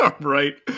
Right